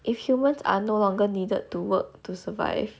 if humans are no longer needed to work to survive